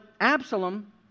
Absalom